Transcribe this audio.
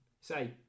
Say